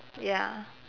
ya